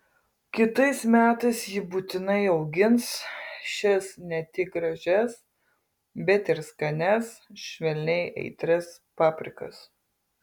kitais metais ji būtinai augins šias ne tik gražias bet ir skanias švelniai aitrias paprikas